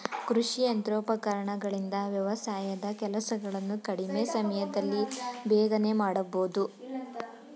ಕೃಷಿ ಯಂತ್ರೋಪಕರಣಗಳಿಂದ ವ್ಯವಸಾಯದ ಕೆಲಸಗಳನ್ನು ಕಡಿಮೆ ಸಮಯದಲ್ಲಿ ಬೇಗನೆ ಮಾಡಬೋದು